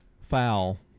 foul